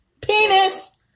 Penis